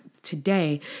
Today